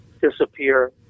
disappear